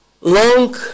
long